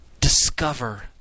discover